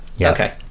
okay